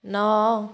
ନଅ